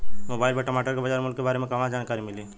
Mobile पर टमाटर के बजार मूल्य के बारे मे कहवा से जानकारी मिली?